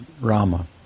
Rama